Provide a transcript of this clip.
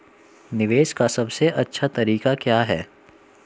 निवेश का सबसे अच्छा तरीका क्या है?